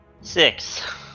Six